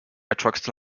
attracts